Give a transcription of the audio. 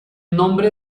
nombre